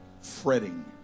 fretting